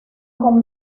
con